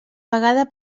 vegada